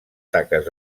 taques